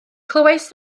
clywais